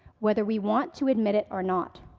whether we want to admit it or not,